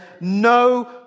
no